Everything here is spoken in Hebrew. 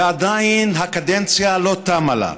ועדיין הקדנציה לא תמה לה.